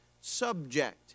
subject